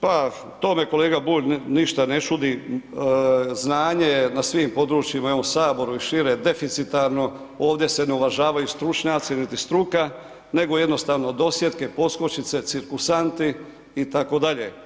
Pa, to me kolega Bulj, ništa ne čudi, znanje je na svim područjima i u ovom Saboru i šire, deficitarno, ovdje se ne uvažavaju stručnjaci niti struka nego jednostavno dosjetke, poskočice, cirkusanti, itd.